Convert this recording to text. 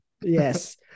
Yes